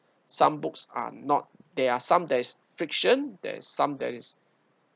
some books are not there are some that is fiction there are some that is